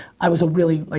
i was a really, ah